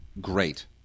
Great